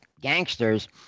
gangsters